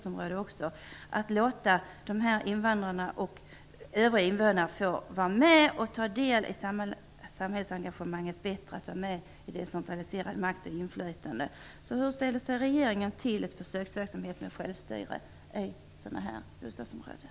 Genom att man decentraliserar makt och inflytande får invandrarna och övriga invånare vara med och ta del i samhällsengagemanget. Hur ställer sig regeringen till en försöksverksamhet med självstyre i sådana bostadsområden?